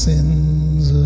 Sins